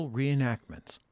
reenactments